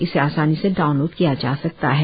इसे आसानी से डाउनलोड किया जा सकता है